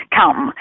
come